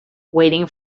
waiting